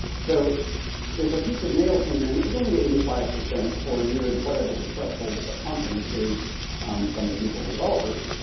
so if a piece of mail came in that was only eighty five percent or near whatever the threshold of confidence is from the google developers,